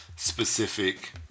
specific